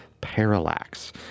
Parallax